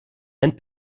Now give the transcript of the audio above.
and